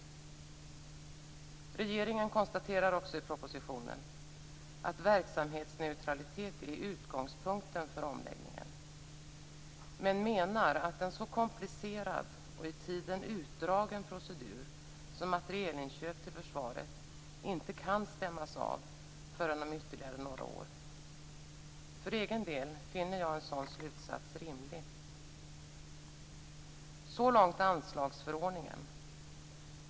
Regeringen konstaterar också i propositionen att verksamhetsneutralitet är utgångspunkten för omläggningen, men menar att en så komplicerad och i tiden utdragen procedur som materielinköp till försvaret inte kan stämmas av förrän om ytterligare några år. För egen del finner jag en sådan slutsats rimlig. Så långt anslagsförordningen.